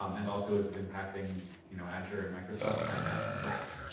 um and also, is it impacting you know azure and microsoft? i imagine it is.